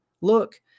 look